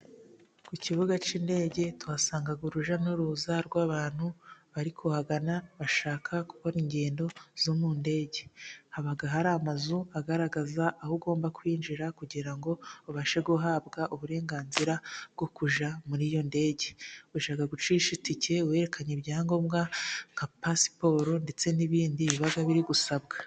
Ku kibuga cy'indege tuhahasanga urujya n'uruza rw'abantu bari kuhagana bashaka gukora ingendo zo mu ndege. Haba hari amazu agaragaza aho ugomba kwinjira kugira ngo ubashe guhabwa uburenganzira bwo kwinjira muri iyo ndege. Ujya gucisha itike werekanye ibyangombwa nka pasiporo ndetse n'ibindi biba biri gusabwa.